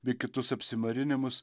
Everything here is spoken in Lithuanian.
bei kitus apsimarinimus